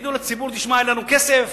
תגידו לציבור: אין לנו כסף.